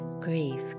grief